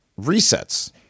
resets